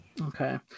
Okay